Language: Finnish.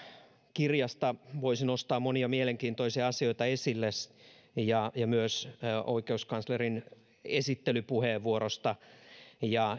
kirjasta voisi nostaa monia mielenkiintoisia asioita esille ja myös oikeuskanslerin esittelypuheenvuorosta ja